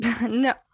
no